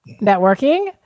networking